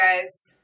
guys